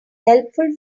helpful